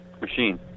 machine